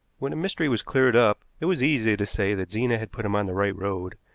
when a mystery was cleared up, it was easy to say that zena had put him on the right road,